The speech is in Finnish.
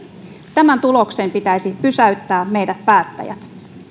tämän tuloksen pitäisi pysäyttää meidät päättäjät